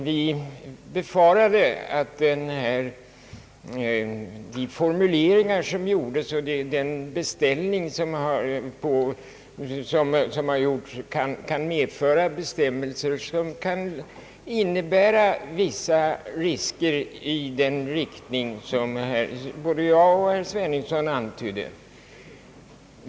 Vi reservanter befarar emellertid att formuleringarna i den beställning som utskottet föreslår kan komma att leda till bestämmelser som innebär vissa risker i den riktning herr Sveningsson och jag antytt.